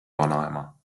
vanaema